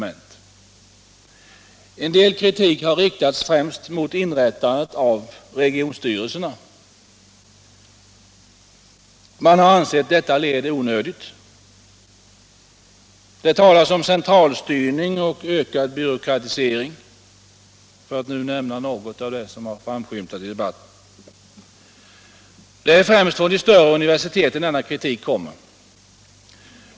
En del kritik har riktats främst mot inrättandet av regionstyrelserna. Man har ansett att detta led är onödigt. Det talas om centralstyrning och ökad byråkratisering, för att nu nämna något av det som framskymtat i debatten. Det är främst från de större universiteten denna kritik kommer.